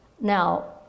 Now